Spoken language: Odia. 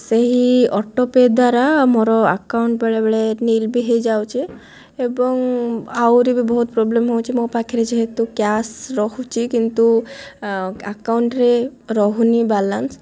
ସେହି ଅଟୋପେ ଦ୍ଵାରା ମୋର ଆକାଉଣ୍ଟ୍ ବେଳେବେଳେ ନୀଲ୍ ବି ହୋଇଯାଉଛି ଏବଂ ଆହୁରି ବି ବହୁତ ପ୍ରୋବ୍ଲେମ୍ ହେଉଛି ମୋ ପାଖରେ ଯେହେତୁ କ୍ୟାସ୍ ରହୁଛି କିନ୍ତୁ ଆକାଉଣ୍ଟ୍ରେ ରହୁନି ବାଲାନ୍ସ